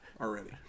already